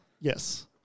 Yes